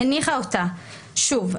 הניחה אותה שוב,